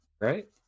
right